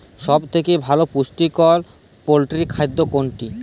সব থেকে ভালো পুষ্টিকর পোল্ট্রী খাদ্য কোনটি?